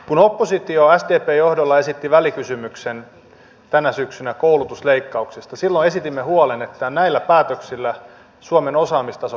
kun oppositio sdpn johdolla esitti tänä syksynä välikysymyksen koulutusleikkauksista silloin esitimme huolen että näillä päätöksillä suomen osaamistaso kääntyy laskuun